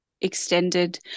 extended